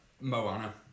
Moana